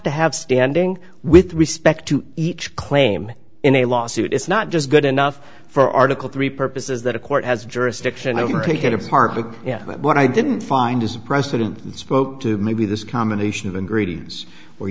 to have standing with respect to each claim in a lawsuit it's not just good enough for article three purposes that a court has jurisdiction over take it apart but yet what i didn't find is a precedent spoke to maybe this combination of ingredients where